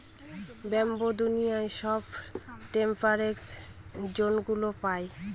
bamboo দুনিয়ার সব temperate জোনগুলা পায়